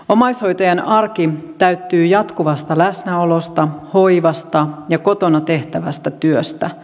omaishoitajan arki täyttyy jatkuvasta läsnäolosta hoivasta ja kotona tehtävästä työstä